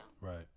Right